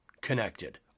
connected